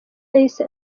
yahise